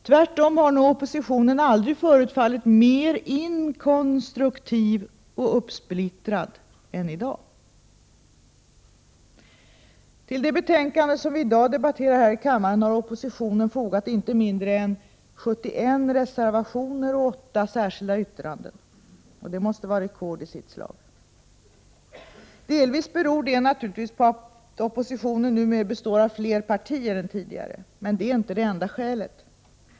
Tvärtom har nog oppositionen aldrig förefallit mer inkonstruktiv och uppsplittrad än i dag. Till det betänkande som vi i dag debatterar här i kammaren har oppositionen fogat inte mindre än 71 reservationer och 8 särskilda yttranden. Det måste vara rekord i sitt slag. Delvis beror det naturligtvis på att oppositionen numera består av fler partier än tidigare. Men det är inte det enda skälet.